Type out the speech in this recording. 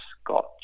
Scott